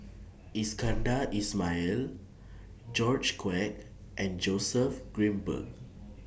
Iskandar Ismail George Quek and Joseph Grimberg